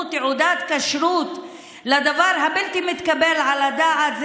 תעודת כשרות לדבר בלתי מתקבל על הדעת.